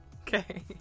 Okay